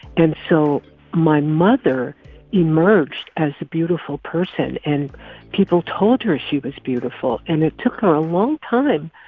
and so my mother emerged as a beautiful person, and people told her she was beautiful. and it took her a long time